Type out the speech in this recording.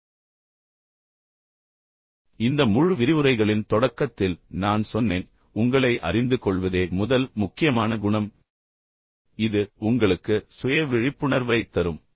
பின்னர் நீங்கள் நினைவில் வைத்திருந்தால் இந்த முழு விரிவுரைகளின் தொடக்கத்தில் நான் சொன்னேன் உங்களை அறிந்துகொள்வதே முதல் முக்கியமான குணம் இது உங்களுக்கு சுய விழிப்புணர்வைத் தரும்